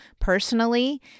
personally